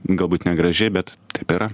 galbūt negražiai bet taip yra